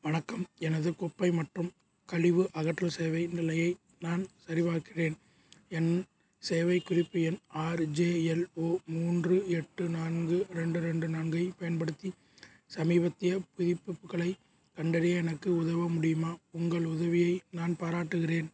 வணக்கம் எனது குப்பை மற்றும் கழிவு அகற்றல் சேவை நிலையை நான் சரிபார்க்கிறேன் என் சேவை குறிப்பு எண் ஆர்ஜேஎல்ஓ மூன்று எட்டு நான்கு ரெண்டு ரெண்டு நான்கைப் பயன்படுத்தி சமீபத்திய புதுப்பிப்புகளைக் கண்டறிய எனக்கு உதவ முடியுமா உங்கள் உதவியை நான் பாராட்டுகிறேன்